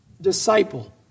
Disciple